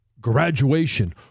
graduation